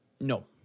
No